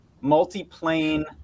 multi-plane